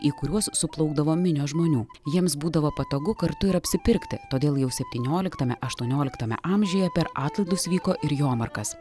į kuriuos suplaukdavo minios žmonių jiems būdavo patogu kartu ir apsipirkti todėl jau septynioliktame aštuonioliktame amžiuje per atlaidus vyko ir jomarkas